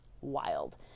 wild